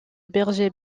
berger